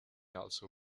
also